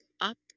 up